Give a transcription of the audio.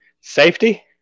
safety